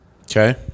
okay